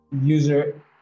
user